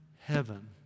heaven